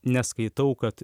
neskaitau kad